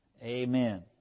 Amen